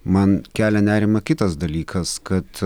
man kelia nerimą kitas dalykas kad